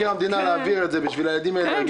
המדינה להעביר תקציב בשביל הילדים האלה.